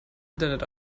internet